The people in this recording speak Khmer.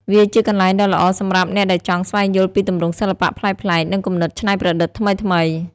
វាជាកន្លែងដ៏ល្អសម្រាប់អ្នកដែលចង់ស្វែងយល់ពីទម្រង់សិល្បៈប្លែកៗ និងគំនិតច្នៃប្រឌិតថ្មីៗ។